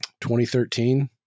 2013